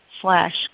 slash